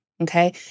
Okay